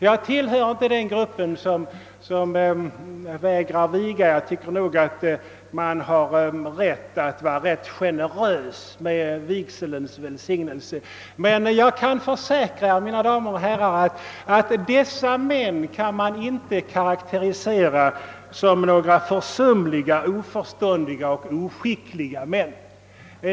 Jag tillhör inte den grupp präster som vägrar att viga; jag tycker att man har rätt att vara ganska generös med vigselns välsignelse. Men jag kan försäkra er, mina damer och herrar, att dessa män inte kan karakteriseras som försumliga, oförståndiga och oskickliga.